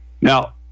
Now